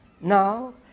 Now